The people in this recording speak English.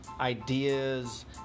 ideas